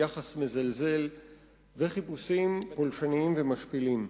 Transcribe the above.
יחס מזלזל וחיפושים פולשניים ומשפילים.